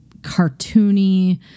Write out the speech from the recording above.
cartoony